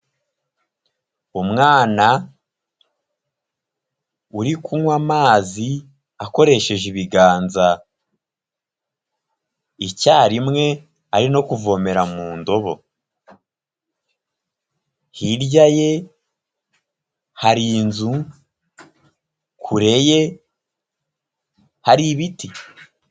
Umwana uri kunywa amazi akoresheje ibiganza icyarimwe ari no kuvomera mu ndobo. Hirya ye hari inzu, kure ye hari ibiti.